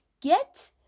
get